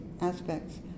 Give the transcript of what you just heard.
aspects